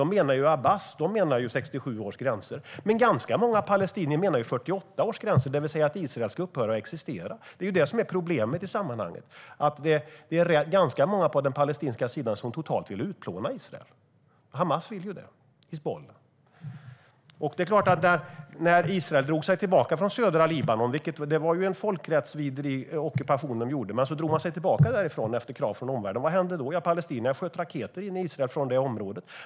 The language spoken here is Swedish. Då menar Abbas 1967 års gränser, men ganska många palestinier menar 1948 års gränser, det vill säga att Israel ska upphöra att existera. Det är det som är problemet, att det är ganska många på den palestinska sidan som vill utplåna Israel totalt. Hamas vill ju det. När Israel efter krav från omvärlden drog sig tillbaka från den folkrättsvidriga ockupationen av södra Libanon, vad hände då? Jo, palestinierna sköt raketer in i Israel från det området.